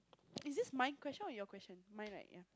is it my question or your question mine right ya